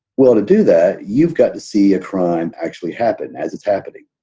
well, to do that, you've got to see a crime actually happen as it's happening.